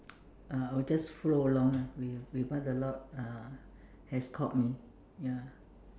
uh I will just follow along lah with with what the Lord uh has called me ya